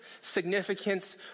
significance